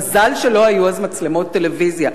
מזל שלא היו אז מצלמות טלוויזיה,